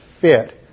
fit